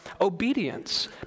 obedience